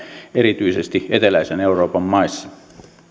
erityisesti eteläisen euroopan maissa